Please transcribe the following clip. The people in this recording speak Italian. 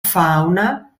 fauna